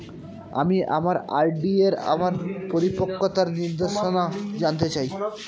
আমি আমার আর.ডি এর আমার পরিপক্কতার নির্দেশনা জানতে চাই